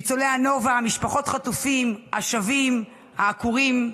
ניצולי הנובה, משפחות החטופים, השבים, העקורים,